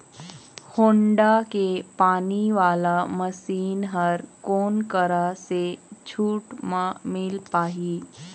Honda के पानी वाला मशीन हर कोन करा से छूट म मिल पाही?